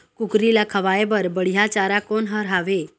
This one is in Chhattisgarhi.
कुकरी ला खवाए बर बढीया चारा कोन हर हावे?